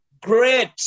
Great